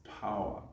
power